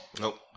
Nope